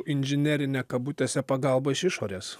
inžinerinė kabutėse pagalba iš išorės